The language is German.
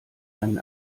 einen